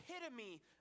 epitome